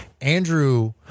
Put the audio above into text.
Andrew